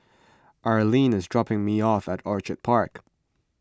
Arlene is dropping me off at Orchid Park